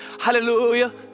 hallelujah